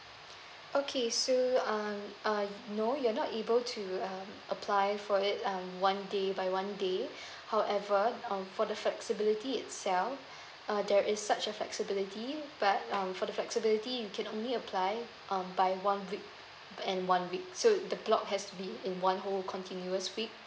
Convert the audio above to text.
okay so um uh no you're not able to uh apply for it um one day by one day however um for the flexibility itself uh there is such a flexibility but um for the flexibility you can only apply um by one week and one week so the block has to be in one whole continuous week